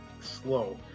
slow